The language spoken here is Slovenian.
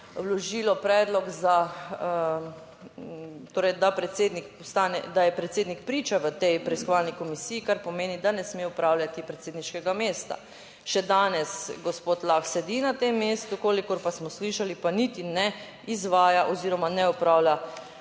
vložilo predlog, da je predsednik priča v tej preiskovalni komisiji, kar pomeni, da ne sme opravljati predsedniškega mesta. Še danes gospod Lah sedi na tem mestu, kolikor pa smo slišali, pa niti ne izvaja oziroma ne opravlja